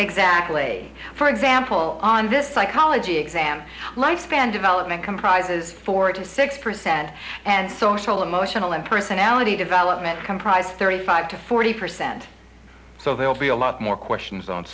exactly for example on this psychology exam lifespan development comprises four to six percent and social emotional and personality development comprise thirty five to forty percent so there will be a lot more questions on